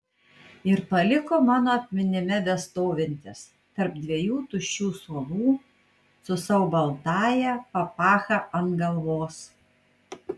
ir paliko mano atminime bestovintis tarp dviejų tuščių suolų su savo baltąja papacha ant galvos